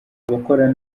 abakora